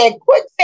quick